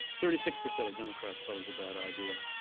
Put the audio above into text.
thirty six percent of democrats thought it was a bad idea.